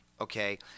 Okay